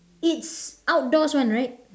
it's outdoors [one] right